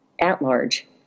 at-large